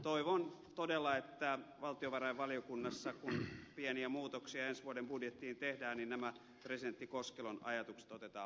toivon todella että valtiovarainvaliokunnassa kun pieniä muutoksia ensi vuoden budjettiin tehdään nämä presidentti koskelon ajatukset otetaan vakavasti